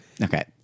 okay